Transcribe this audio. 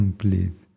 please